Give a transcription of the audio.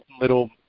little